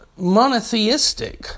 monotheistic